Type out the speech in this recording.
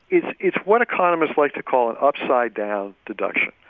it's it's what economists like to call an upside-down deduction.